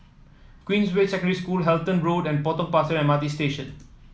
Queensway Secondary School Halton Road and Potong Pasir M R T Station